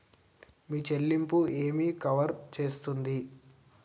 మీ చెల్లింపు ఏమి కవర్ చేస్తుంది?